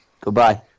Goodbye